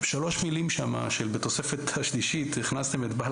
יש שם שלוש מילים בתוספת השלישית הכנסתם את בעל